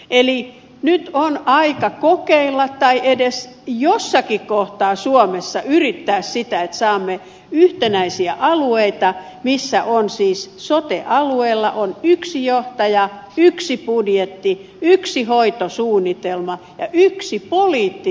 eli nyt on aika kokeilla tai edes jossakin kohtaa suomessa yrittää sitä että saamme yhtenäisiä alueita missä siis sote alueella on yksi johtaja yksi budjetti yksi hoitosuunnitelma ja yksi poliittinen johto